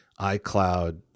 iCloud